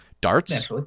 Darts